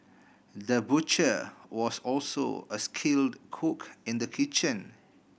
the butcher was also a skilled cook in the kitchen